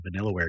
VanillaWare